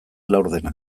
laurdena